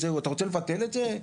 אתה רוצה לבטל את זה,